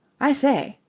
i say.